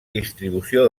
distribució